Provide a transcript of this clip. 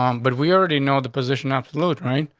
um but we already know the position absolute right.